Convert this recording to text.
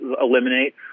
eliminate